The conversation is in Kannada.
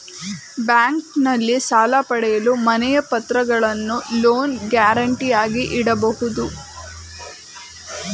ಬ್ಯಾಂಕ್ನಲ್ಲಿ ಸಾಲ ಪಡೆಯಲು ಮನೆಯ ಪತ್ರಗಳನ್ನು ಲೋನ್ ಗ್ಯಾರಂಟಿಗಾಗಿ ಇಡಬಹುದು